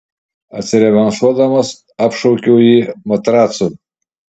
atsirevanšuodamas apšaukiau jį matracu